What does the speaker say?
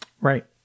Right